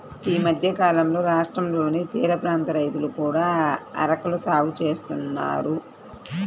ఈ మధ్యకాలంలో రాష్ట్రంలోని తీరప్రాంత రైతులు కూడా అరెకల సాగు చేస్తున్నారు